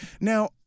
Now